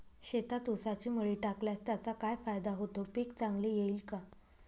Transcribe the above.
शेतात ऊसाची मळी टाकल्यास त्याचा काय फायदा होतो, पीक चांगले येईल का?